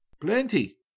Plenty